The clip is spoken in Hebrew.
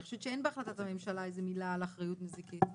אני חושבת שאין בהחלטת הממשלה התייחסות לאחריות נזיקית.